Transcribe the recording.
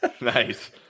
Nice